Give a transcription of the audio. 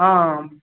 हँ